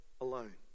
alone